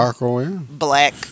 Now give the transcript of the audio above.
Black